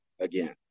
again